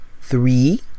three